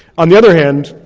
on the other hand,